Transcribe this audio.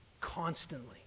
constantly